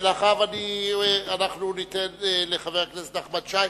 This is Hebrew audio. ואחריו ניתן לחבר הכנסת נחמן שי,